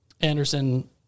Anderson